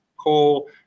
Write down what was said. coal